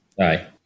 Aye